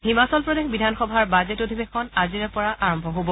হিমাচল প্ৰদেশ বিধানসভাৰ বাজেট অধিৱেশন আজি আৰম্ভ হৈছে